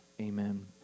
Amen